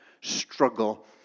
struggle